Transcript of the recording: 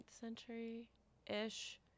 century-ish